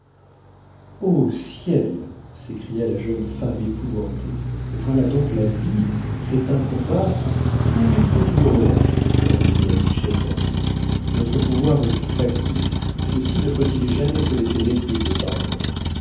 oh ciel s'écria la jeune femme épouvantée voilà donc la vie c'est un combat où il faut toujours menacer reprit la duchesse en riant notre pouvoir est tout factice aussi ne faut-il jamais se laisser mépriser par un homme